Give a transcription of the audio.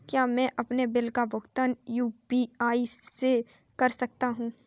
क्या मैं अपने बिल का भुगतान यू.पी.आई से कर सकता हूँ?